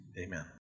Amen